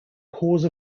cause